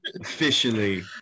officially